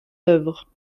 œuvre